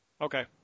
Okay